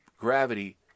gravity